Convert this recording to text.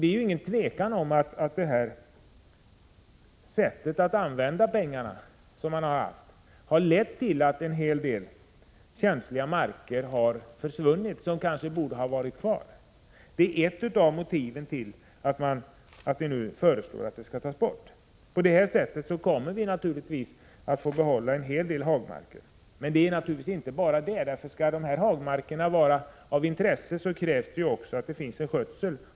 Det är ingen tvekan om att det sätt på vilket pengarna har använts har lett till att en hel del känsliga marker har försvunnit som kanske borde ha varit kvar. Det är ett av motiven till att vi nu föreslår att skogsvårdsavgifterna tas bort. En hel del hagmarker kommer då att bli kvar, men skall hagmarkerna vara av intresse krävs det också att de sköts.